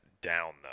down